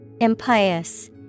Impious